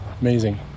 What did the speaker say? Amazing